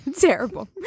Terrible